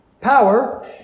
Power